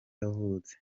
yavutse